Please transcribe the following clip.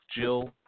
Jill